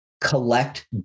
collect